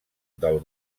del